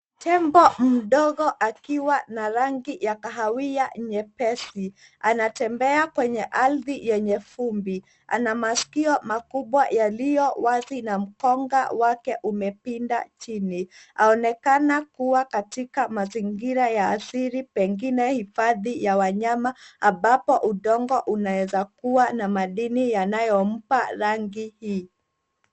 Tembo mdogo akiwa na rangi ya kahawia nyepesi anatambea kwenye ardhi yenye vumbi, ana masikio makubwa yaliyo wazi na mkonga wake umepinda chini, aonekana kuwa katika mazingira ya asili pengine hifadhi ya wanyama ambapo udongo unaeza kuwa na madini unayo mpa rangi hii